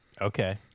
Okay